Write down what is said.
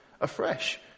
afresh